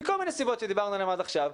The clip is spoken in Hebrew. מכל מיני סיבות שדיברנו עליהן עד עכשיו.